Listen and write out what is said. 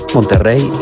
Monterrey